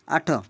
ଆଠ